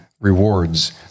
rewards